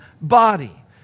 body